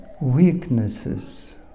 weaknesses